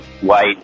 white